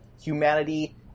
humanity